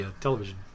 television